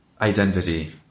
identity